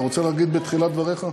אתה רוצה להגיד, בתחילת דבריך?